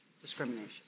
discrimination